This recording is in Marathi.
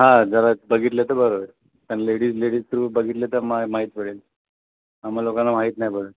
हां जरा बघितले तर बरं होईल कारण लेडीज लेडीज थ्रू बघितले तर मा माहीत पडेल आम्हा लोकांना माहीत नाही पडेल